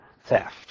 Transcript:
theft